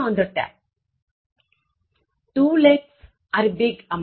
Two lakhs are a big amount